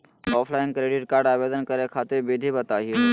Offline credit card आवेदन करे खातिर विधि बताही हो?